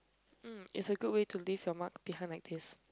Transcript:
mm is a good way to leave your mark behind like this